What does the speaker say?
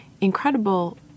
incredible